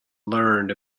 learned